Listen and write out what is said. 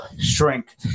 shrink